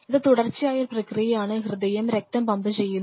ഇത് തുടർച്ചയായ ഒരു പ്രക്രിയയാണ് ഹൃദയം രക്തം പമ്പ് ചെയ്യുന്നു